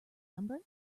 number